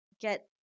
get